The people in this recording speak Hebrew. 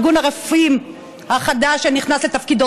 ארגון הרופאים החדש שנכנס לתפקידו,